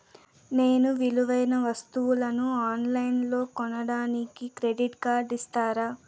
నేను విలువైన వస్తువులను ఆన్ లైన్లో కొనడానికి క్రెడిట్ కార్డు ఇస్తారా?